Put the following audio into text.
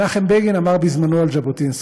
מנחם בגין אמר בזמנו על ז'בוטינסקי: